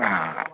ആ